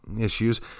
issues